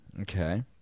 Okay